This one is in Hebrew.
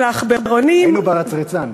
לעכברונים, היינו ברצרצן.